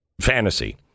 fantasy